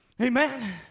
Amen